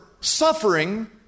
suffering